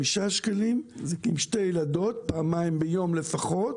שקלים עם שתי ילדות פעמיים ביום לפחות